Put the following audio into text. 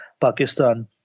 Pakistan